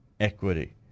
Equity